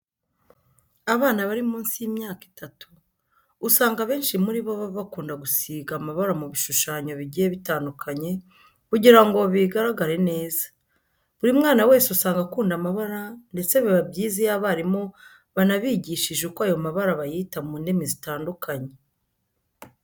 Abana bari munsi y'imyaka itatu usanga abenshi muri bo baba bakunda gusiga amabara mu bishushanyo bigiye bitandukanye kugira ngo bigaragare neza. Buri mwana wese usanga akunda amabara ndetse biba byiza iyo abarimu banabigishije uko ayo mabara bayita mu ndimi zitandukanye.